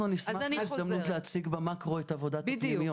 אנחנו נשמח בהזדמנות להציג במאקרו את עבודת הפנימיות.